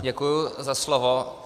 Děkuji za slovo.